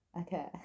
okay